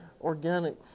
organic